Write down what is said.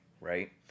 right